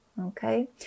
okay